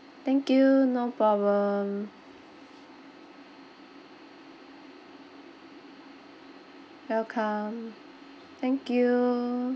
thank you no problem welcome thank you